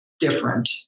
different